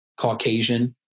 Caucasian